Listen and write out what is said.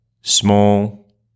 small